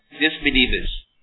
disbelievers